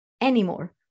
anymore